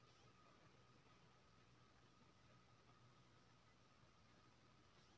preferred stock केर लाभक हिस्सा सामान्य शेयरक लाभक हिस्सा सँ पहिने देल जाइ छै